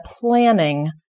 planning